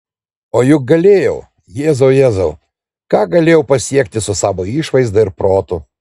o juk galėjau jėzau jėzau ką galėjau pasiekti su savo išvaizda ir protu